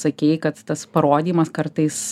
sakei kad tas parodymas kartais